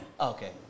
okay